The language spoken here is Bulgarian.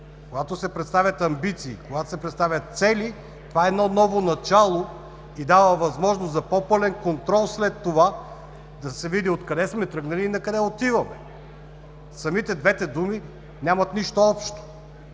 когато се представят амбиции, когато се представят цели, това е ново начало и дава възможност за по-пълен контрол след това, за да се види откъде сме тръгнали и накъде отиваме. Двете думи нямат нищо общо,